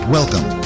Welcome